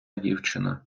дівчина